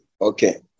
okay